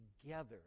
together